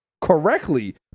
correctly